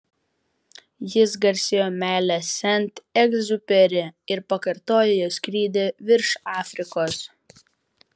jis garsėjo meile sent egziuperi ir pakartojo jo skrydį virš afrikos